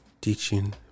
teaching